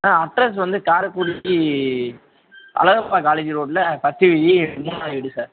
ஆ address வந்து Karaikudi Alagappa college ரோட்டில் first வீதி மூணாவது வீடு சார்